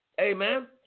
amen